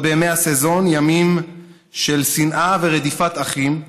עוד בימי הסזון, ימים של שנאה ורדיפת אחים,